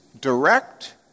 direct